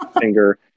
finger